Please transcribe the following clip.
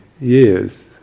years